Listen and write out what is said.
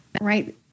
right